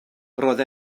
roedd